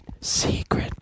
secret